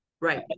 Right